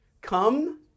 Come